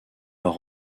leur